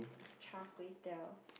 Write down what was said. char-kway-teow